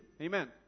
Amen